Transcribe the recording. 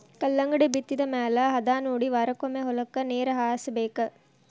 ಕಲ್ಲಂಗಡಿ ಬಿತ್ತಿದ ಮ್ಯಾಲ ಹದಾನೊಡಿ ವಾರಕ್ಕೊಮ್ಮೆ ಹೊಲಕ್ಕೆ ನೇರ ಹಾಸಬೇಕ